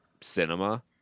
cinema